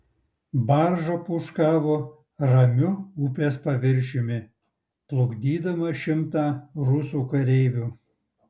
barža pūškavo ramiu upės paviršiumi plukdydama šimtą rusų kareivių